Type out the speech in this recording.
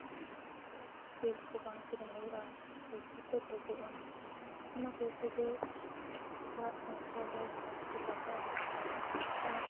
ᱡᱮᱹᱞ ᱠᱚ ᱵᱟᱝ ᱠᱤᱨᱤᱧ ᱦᱩᱭᱩᱜᱼᱟ ᱯᱩᱭᱥᱟᱹ ᱠᱚ ᱫᱩᱜᱩᱜᱼᱟ ᱚᱱᱟ ᱯᱩᱭᱥᱟᱹ ᱜᱮ ᱚᱲᱟᱜ ᱥᱚᱝᱥᱟᱨ ᱨᱮ ᱠᱟᱡ ᱨᱮ ᱞᱟᱜᱟᱼᱟ ᱟᱨ